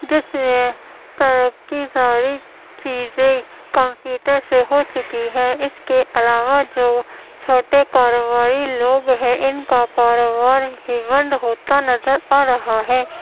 جس میں ترقی ساری چیزیں کمپیوٹر سے ہو چکی ہے اس کے علاوہ جو چھوٹے کاروباری لوگ ہے ان کا کاروبار بھی بند ہوتا نظر آ رہا ہے